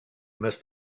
must